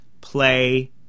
play